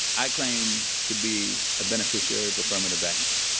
i claim to be a beneficiary of affirmative action,